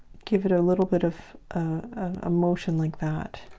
give it a little bit of a motion like that